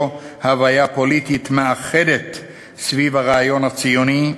הוויה פוליטית מאחדת סביב הרעיון הציוני,